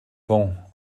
pans